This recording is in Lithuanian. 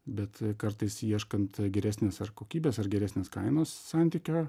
bet kartais ieškant geresnės ar kokybės ar geresnės kainos santykio